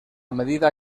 medida